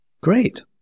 Great